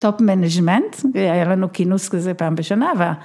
טופ מנג'מנט, היה לנו כינוס כזה פעם בשנה וה...